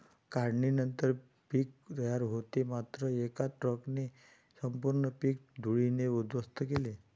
काढणीनंतर पीक तयार होते मात्र एका ट्रकने संपूर्ण पीक धुळीने उद्ध्वस्त केले